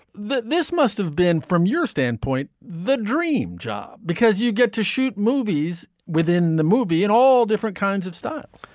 this must have been, from your standpoint, the dream job, because you get to shoot movies within the movie in all different kinds of stuff.